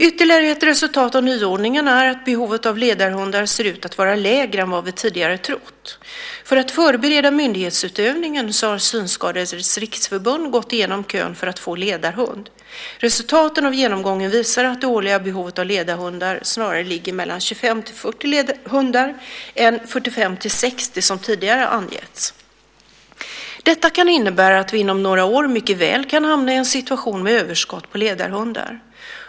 Ytterligare ett resultat av nyordningen är att behovet av ledarhundar ser ut att vara lägre än vad vi tidigare trott. För att förbereda myndighetsutövningen har Synskadades Riksförbund gått igenom kön för att få ledarhund. Resultaten av genomgången visar att det årliga behovet av ledarhundar snarare ligger på 25-40 hundar än 45-60 hundar som tidigare angetts. Detta kan innebära att vi inom några år mycket väl kan hamna i en situation med överskott på ledarhundar.